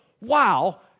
wow